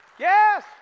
Yes